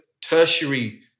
tertiary